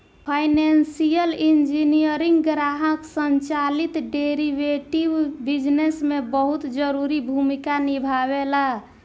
financial engineering ग्राहक संचालित derivative business में बहुत जरूरी भूमिका निभावेला